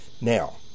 Now